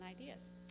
ideas